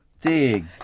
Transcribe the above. Dig